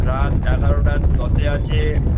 রাত এগারোটা দশে আছে